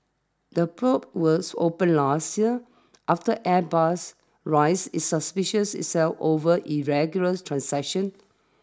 the probes was opened last year after Airbus rise its suspicions itself over irregulars transactions